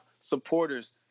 supporters